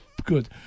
good